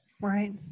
Right